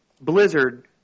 Blizzard